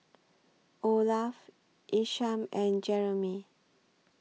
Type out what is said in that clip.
Olaf Isham and Jerimy